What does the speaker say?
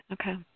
okay